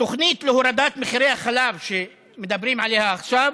התוכנית להורדת מחירי החלב שמדברים עליה עכשיו